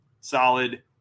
solid